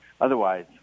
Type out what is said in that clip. Otherwise